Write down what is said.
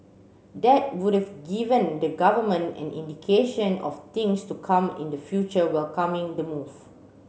that would've given the government an indication of things to come in the future welcoming the move